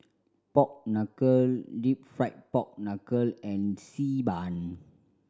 pork knuckle Deep Fried Pork Knuckle and Xi Ban